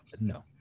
No